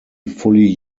fully